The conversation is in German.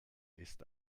ist